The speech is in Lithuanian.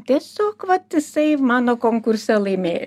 tiesiog vat jisai mano konkurse laimėjo